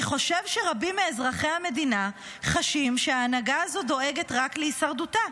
אני חושב שרבים מאזרחי המדינה חשים שההנהגה הזאת דואגת רק להישרדותה.